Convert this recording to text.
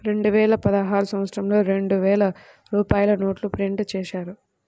రెండువేల పదహారు సంవత్సరంలో రెండు వేల రూపాయల నోట్లు ప్రింటు చేశారు